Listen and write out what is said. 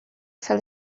fell